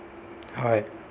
হয়